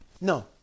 No